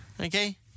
okay